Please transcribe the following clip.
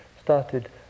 started